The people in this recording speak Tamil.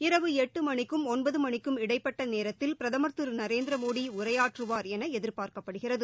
இரவு எட்டு மணிக்கும் ஒன்பது மணிக்கும் இடைப்பட்ட நேரத்தில் பிரதமர் திரு நரேந்திர மோடி உரையாற்றுவார் என எதிர்பார்க்கப்படுகிறது